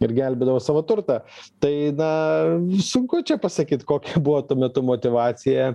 ir gelbėdavo savo turtą tai na sunku čia pasakyt kokia buvo tuo metu motyvacija